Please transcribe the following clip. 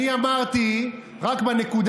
אדוני היושב-ראש, בנושא